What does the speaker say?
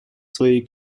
своей